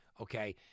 Okay